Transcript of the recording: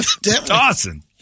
Dawson